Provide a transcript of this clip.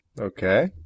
Okay